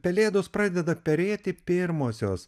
pelėdos pradeda perėti pirmosios